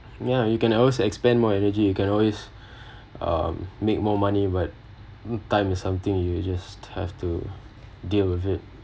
ya you can also expend more energy you can always make more money but time is something you you just have to deal with it